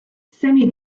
semi